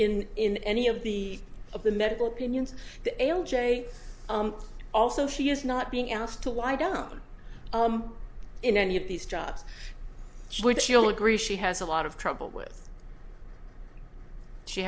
in in any of the of the medical pinions the l j also she is not being asked to i don't in any of these jobs which you'll agree she has a lot of trouble with she